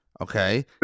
Okay